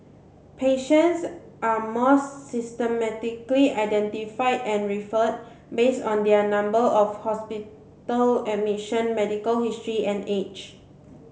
patients are more systematically identified and referred based on their number of hospital admission medical history and age